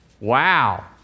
wow